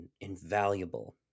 invaluable